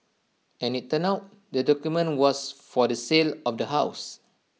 as IT turned out the document was for the sale of the house